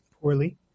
poorly